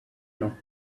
know